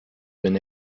been